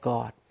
God